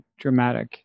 dramatic